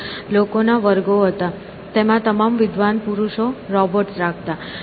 ત્યાં લોકોના વર્ગો હતા તેમાં વિદ્વાન પુરુષો રોબોટ્સ રાખતા